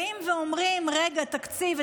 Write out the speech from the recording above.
באים ואומרים: תקציב,